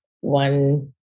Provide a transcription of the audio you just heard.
one